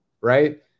Right